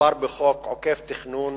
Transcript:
מדובר בחוק עוקף תכנון,